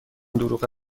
دروغ